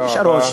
תודה רבה.